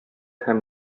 һәм